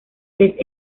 les